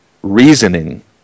reasoning